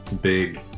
big